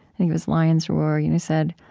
and it was lion's roar. you said,